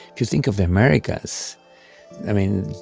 if you think of the americas i mean,